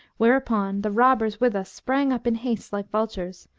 whereupon the robbers with us sprang up in haste like vultures,